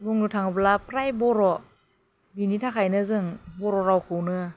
बुंनो थाङोब्ला फ्राय बर' बिनि थाखायनो जों बर' रावखौनो